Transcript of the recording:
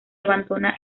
abandonan